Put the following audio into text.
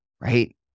Right